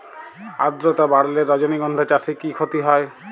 আদ্রর্তা বাড়লে রজনীগন্ধা চাষে কি ক্ষতি হয়?